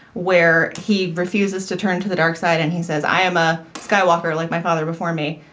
where he refuses to turn to the dark side. and he says, i am a skywalker like my father before me.